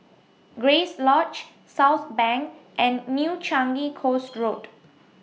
Grace Lodge Southbank and New Changi Coast Road